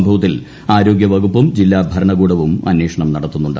സംഭവത്തിൽ ആരോഗ്യ വകുപ്പും ജില്ലാ ഭരണകൂടവും അന്വേഷണം നടത്തുന്നുണ്ട്